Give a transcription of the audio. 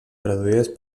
produïdes